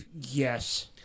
Yes